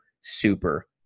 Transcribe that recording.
super